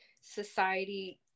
society